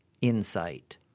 insight